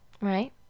right